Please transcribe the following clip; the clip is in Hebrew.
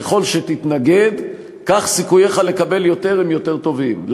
ככל שתתנגד כך סיכוייך לקבל יותר הם טובים יותר.